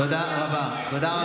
תודה רבה.